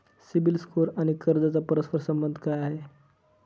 CIBIL score आणि कर्जाचा परस्पर संबंध आहे का?